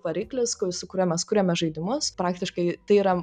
variklis kur su kuriuo mes kuriame žaidimus praktiškai tai yra